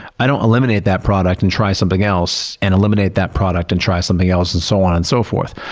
i don't eliminate that product and try something else, and eliminate that product and try something else, and so on and so forth.